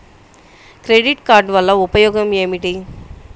Credit card వల్ల ఉపయోగం ఏమిటీ?